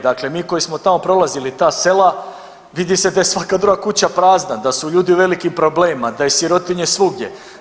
Dakle, mi koji smo tamo prolazili ta sela vidi se da je svaka druga kuća prazna, da su ljudi u velikim problemima, da je sirotinje svugdje.